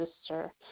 sister